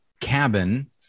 cabin